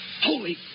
Holy